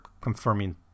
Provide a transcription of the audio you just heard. confirming